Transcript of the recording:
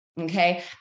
Okay